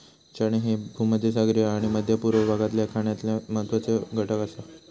चणे ह्ये भूमध्यसागरीय आणि मध्य पूर्व भागातल्या खाण्यातलो महत्वाचो घटक आसा